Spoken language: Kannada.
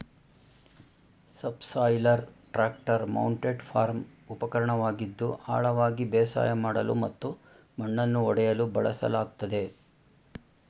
ಸಬ್ಸಾಯ್ಲರ್ ಟ್ರಾಕ್ಟರ್ ಮೌಂಟೆಡ್ ಫಾರ್ಮ್ ಉಪಕರಣವಾಗಿದ್ದು ಆಳವಾಗಿ ಬೇಸಾಯ ಮಾಡಲು ಮತ್ತು ಮಣ್ಣನ್ನು ಒಡೆಯಲು ಬಳಸಲಾಗ್ತದೆ